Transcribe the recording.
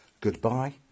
goodbye